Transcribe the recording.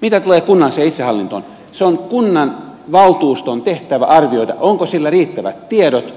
mitä tulee kunnalliseen itsehallintoon se on kunnanvaltuuston tehtävä arvioida onko sillä riittävät tiedot